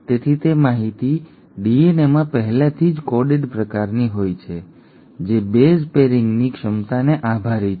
તેથી તે માહિતી ડીએનએમાં પહેલેથી જ કોડેડ પ્રકારની હોય છે જે બેઝ પેરિંગની ક્ષમતાને આભારી છે